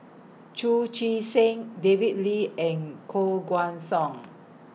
Chu Chee Seng David Lee and Koh Guan Song